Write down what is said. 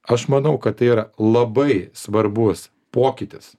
aš manau kad tai yra labai svarbus pokytis